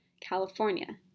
California